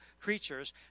creatures